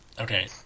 Okay